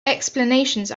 explanations